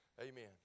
Amen